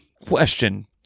question